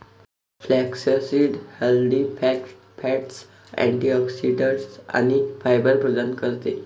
flaxseed healthy fats, antioxidants आणि fibre प्रदान करते